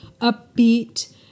upbeat